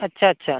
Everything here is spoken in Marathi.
अच्छा अच्छा